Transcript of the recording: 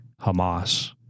Hamas